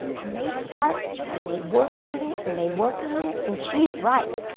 and they start and they work on it and they work on it. and she's right,